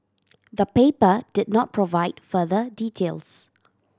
the paper did not provide further details